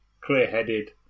clear-headed